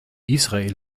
israel